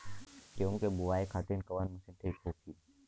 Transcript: गेहूँ के बुआई खातिन कवन मशीन ठीक होखि?